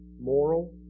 moral